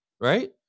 right